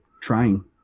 trying